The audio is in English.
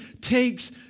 takes